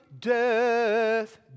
death